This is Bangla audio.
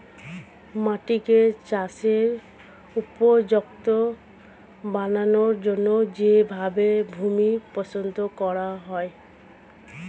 মাটিকে চাষের উপযুক্ত বানানোর জন্যে যেই ভাবে ভূমি প্রস্তুত করা হয়